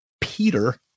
Peter